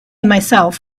myself